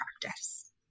practice